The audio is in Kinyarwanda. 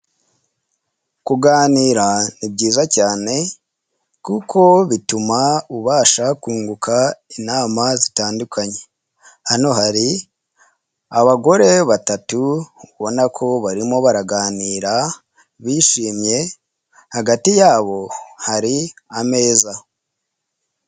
Kuganira ni byiza cyane kuko bituma ubasha kunguka inama zitandukanye. Hano hari abagore batatu ubona ko barimo baraganira bishimye. Hagati yabo hari ameza.